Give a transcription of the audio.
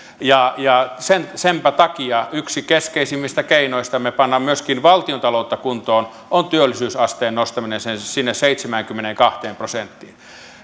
senpä takia yksi keskeisimmistä keinoistamme panna myöskin valtiontaloutta kuntoon on työllisyysasteen nostaminen sinne seitsemäänkymmeneenkahteen prosenttiin jopa